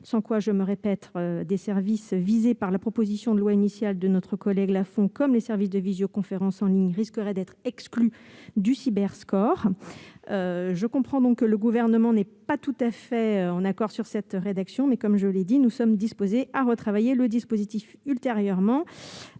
sans quoi, je le répète, des services initialement visés par la proposition de loi de notre collègue Lafon, comme les services de visioconférence en ligne, risqueraient d'être exclus du Cyberscore. Je comprends que le Gouvernement ne soit pas tout à fait en accord avec notre proposition de rédaction, mais, comme je l'ai dit, nous sommes disposés à retravailler ce dispositif ultérieurement.